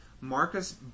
Marcus